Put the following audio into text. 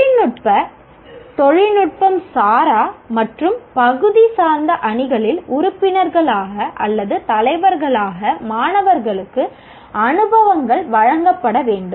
தொழில்நுட்ப தொழில்நுட்பம் சாரா மற்றும் பகுதி சார்ந்த அணிகளில் உறுப்பினர்களாக அல்லது தலைவர்களாக மாணவர்களுக்கு அனுபவங்கள் வழங்கப்பட வேண்டும்